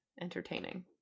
entertaining